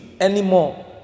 anymore